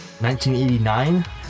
1989